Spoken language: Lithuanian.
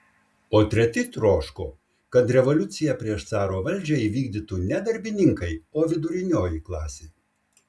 o treti troško kad revoliuciją prieš caro valdžią įvykdytų ne darbininkai o vidurinioji klasė